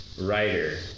writer